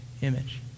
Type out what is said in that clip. image